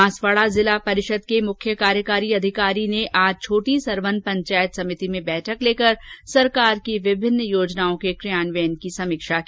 बांसवाड़ा जिला परिषद के मुख्य कार्यकारी अधिकारी ने आज छोटीसरवन पंचायत समिति में बैठक लेकर सरकार की विभिन्न योजनाओं के कियान्वयन की समीक्षा की